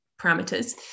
parameters